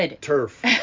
turf